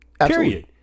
period